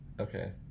Okay